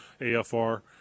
AFR